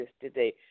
today